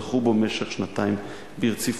זכו בו במשך שנתיים ברציפות.